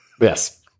Yes